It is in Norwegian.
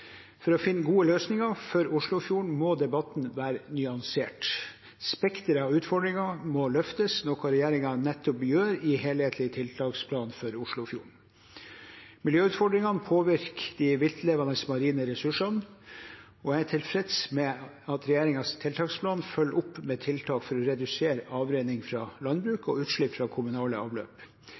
For å finne gode løsninger for Oslofjorden må debatten være nyansert. Spekteret av utfordringer må løftes, noe regjeringen nettopp gjør i helhetlig tiltaksplan for Oslofjorden. Miljøutfordringene påvirker de viltlevende marine ressursene. Jeg er tilfreds med at regjeringens tiltaksplan følger opp med tiltak for å redusere avrenning fra landbruk og utslipp fra kommunale avløp.